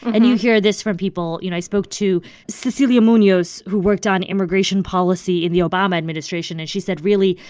and you hear this from people you know, i spoke to cecilia munoz, who worked on immigration policy in the obama administration. and she said, really,